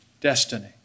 destiny